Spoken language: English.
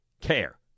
care